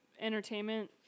Entertainment